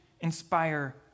inspire